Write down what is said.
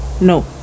No